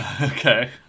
Okay